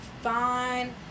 Fine